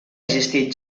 existit